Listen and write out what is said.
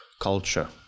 culture